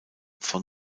von